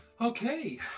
Okay